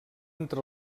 entre